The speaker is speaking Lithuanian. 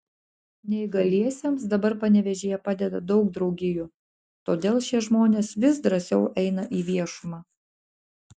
neįgaliesiems dabar panevėžyje padeda daug draugijų todėl šie žmonės vis drąsiau eina į viešumą